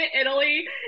Italy